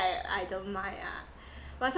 I I don't mind ah but